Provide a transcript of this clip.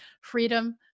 freedom